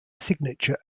signature